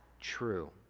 true